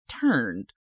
turned